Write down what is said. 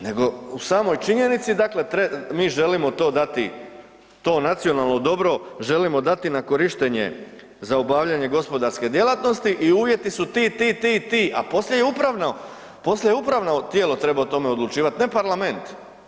Nego u samoj činjenici, dakle, mi želimo to dati, to nacionalno dobro želimo dati na korištenje za obavljanje gospodarske djelatnosti i uvjeti su ti, ti, ti i ti, a poslije upravno tijelo treba o tome odlučivati, ne parlament.